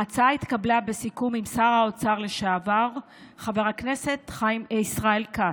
ההצעה התקבלה בסיכום עם שר האוצר לשעבר חבר הכנסת ישראל כץ.